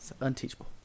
unteachable